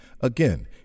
Again